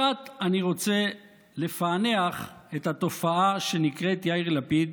אני רוצה קצת לפענח את התופעה שנקראת יאיר לפיד